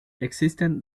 existen